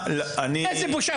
איזו בושה.